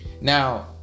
now